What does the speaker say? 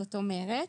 זאת אומרת,